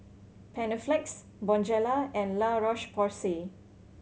Panaflex Bonjela and La Roche Porsay